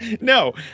No